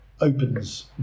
opens